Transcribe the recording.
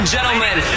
Gentlemen